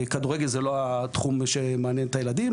כדורגל זה לא התחום שמעניין את הילדים,